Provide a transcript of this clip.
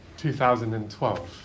2012